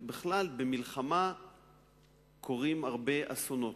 בכלל, במלחמה קורים הרבה אסונות.